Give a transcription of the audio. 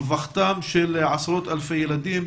רווחתם של עשרות אלפי ילדים,